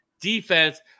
Defense